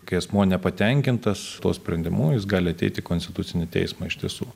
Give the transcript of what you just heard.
kai asmuo nepatenkintas tuo sprendimu jis gali ateiti į konstitucinį teismą iš tiesų